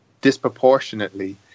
disproportionately